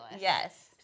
Yes